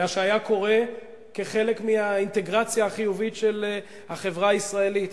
אם היה קורה כחלק מהאינטגרציה החיובית של החברה הישראלית,